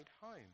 home